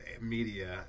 media